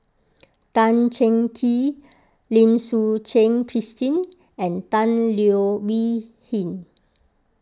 Tan Cheng Kee Lim Suchen Christine and Tan Leo Wee Hin